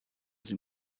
sie